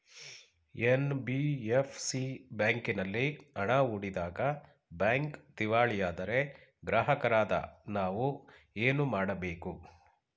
NBFC ಬ್ಯಾಂಕಿನಲ್ಲಿ ಹಣ ಹೂಡಿದಾಗ ಬ್ಯಾಂಕ್ ದಿವಾಳಿಯಾದರೆ ಗ್ರಾಹಕರಾದ ನಾವು ಏನು ಮಾಡಬೇಕು?